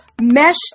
mesh